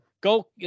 go